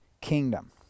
kingdom